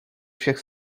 všech